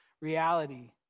reality